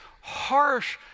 harsh